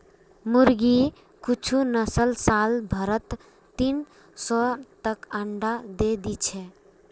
मुर्गिर कुछ नस्ल साल भरत तीन सौ तक अंडा दे दी छे